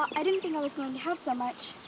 i didn't think i was going to have so much,